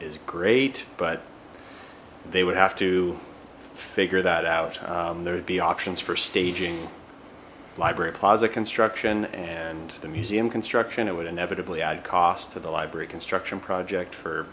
is great but they would have to figure that out there would be options for staging library plaza construction and the museum construction it would inevitably add cost to the library construction project for